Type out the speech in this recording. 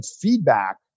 feedback